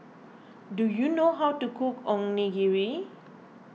do you know how to cook Onigiri